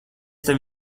tev